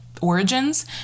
origins